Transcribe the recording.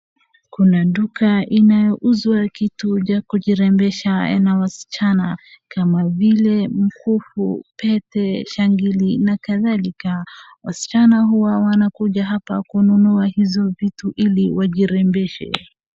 Kuna duka inayouzwa kitu ya kujirembesha na waschana kama vile mkufu, pete, shangili na kadhalika. Waschana huwa wanakuja hapa kununua hizo vitu ili wajirembeshe.